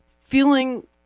feeling